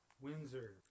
Windsor